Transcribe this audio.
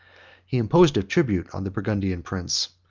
he imposed a tribute on the burgundian prince,